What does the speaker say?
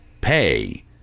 pay